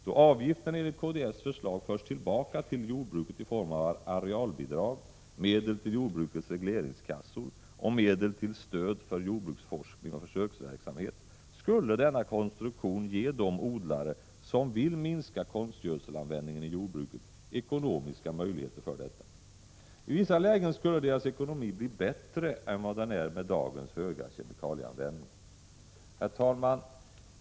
Då avgiften enligt kds förslag förs tillbaka till jordbruket i form av arealbidrag, medel till jordbrukets regleringskassor och medel till stöd för jordbruksforskning och försöksverksamhet, skulle denna konstruktion ge de odlare som vill minska konstgödselanvändningen i jordbruket ekonomiska möjligheter till detta. I vissa lägen skulle deras ekonomi bli bättre än vad den är med dagens höga kemikalieanvändning. Herr talman!